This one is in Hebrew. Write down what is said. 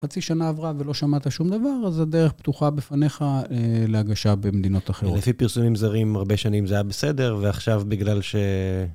חצי שנה עברה ולא שמעת שום דבר, אז הדרך פתוחה בפניך להגשה במדינות אחרות. לפי פרסומים זרים, הרבה שנים זה היה בסדר, ועכשיו בגלל ש...